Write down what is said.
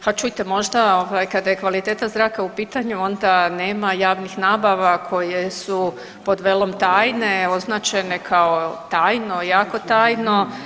Ha čujte, možda kada je kvaliteta zraka u pitanju, onda nema javnih nabava koje su pod velikom tajne označene kao tajno, jako tajno.